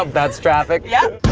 um that's traffic. yeah